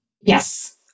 Yes